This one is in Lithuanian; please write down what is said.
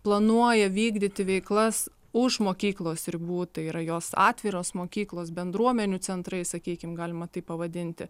planuoja vykdyti veiklas už mokyklos ribų tai yra jos atviros mokyklos bendruomenių centrai sakykim galima taip pavadinti